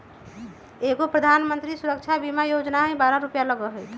एगो प्रधानमंत्री सुरक्षा बीमा योजना है बारह रु लगहई?